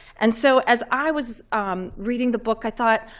and so as i was reading the book, i thought,